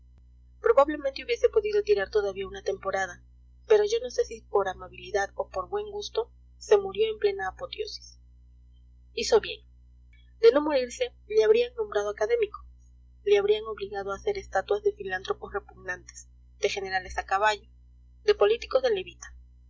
probablemente hubiese podido tirar todavía una temporada pero yo no sé si por amabilidad o por buen gusto se murió en plena apoteosis hizo bien de no morirse le habrían nombrado académico le habrían obligado a hacer estatuas de filántropos repugnantes de generales a caballo de políticos de levita